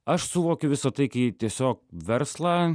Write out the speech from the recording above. aš suvokiu visa tai kai tiesiog verslą